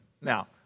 Now